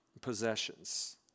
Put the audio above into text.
possessions